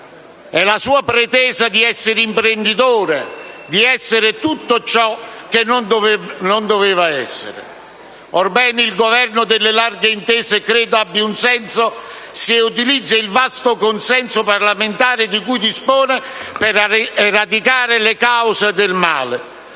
la sua pretesa di essere imprenditore, di essere tutto ciò che non doveva essere? Orbene, il Governo delle larghe intese credo abbia un senso se utilizza il vasto consenso parlamentare di cui dispone per eradicare le cause del male,